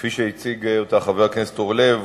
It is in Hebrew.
כפי שהציג אותה חבר הכנסת אורלב,